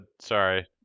sorry